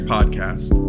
Podcast